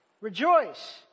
Rejoice